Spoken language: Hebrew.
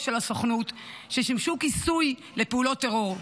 של הסוכנות ששימשו כיסוי לפעולות טרור.